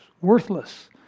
worthless